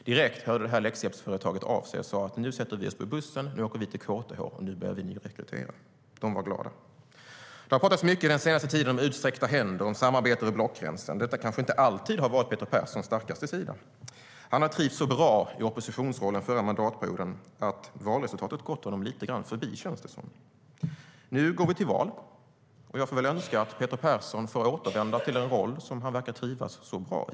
Direkt hörde företaget av sig och sa: Nu sätter vi oss på bussen och åker till KTH för att börja nyrekrytera. De var glada. Det har den senaste tiden pratats mycket om utsträckta händer och samarbete över blockgränsen. Detta kanske inte alltid har varit Peter Perssons starkaste sida. Han har trivts så bra i oppositionsrollen att valresultatet gått honom lite grann förbi, känns det som. Nu går vi till val, och jag får väl önska att Peter Persson får återvända till den roll han verkar trivas så bra i.